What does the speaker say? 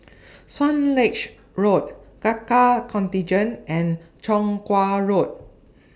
Swanage Road Gurkha Contingent and Chong Kuo Road